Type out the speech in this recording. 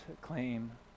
claim